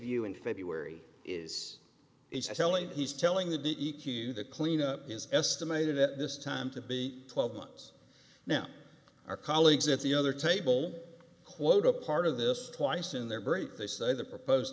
view in february is he selling he's telling the d e q the cleanup is estimated at this time to be twelve months now our colleagues at the other table quote a part of this twice in their break they say the proposed